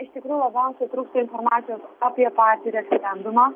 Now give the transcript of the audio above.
iš tikrųjų labiausiai trūksta informacijos apie patį referendumą